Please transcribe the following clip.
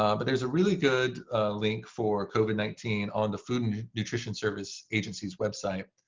um but there's a really good link for covid nineteen on the food and nutrition service agency's website.